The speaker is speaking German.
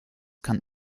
kann